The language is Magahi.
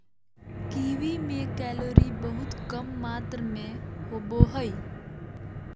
कीवी में कैलोरी बहुत कम मात्र में होबो हइ